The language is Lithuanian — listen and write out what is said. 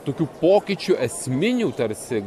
tokių pokyčių esminių tarsi